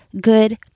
good